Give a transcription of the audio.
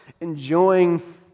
enjoying